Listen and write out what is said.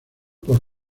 por